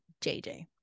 JJ